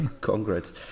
congrats